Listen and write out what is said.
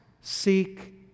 seek